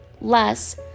less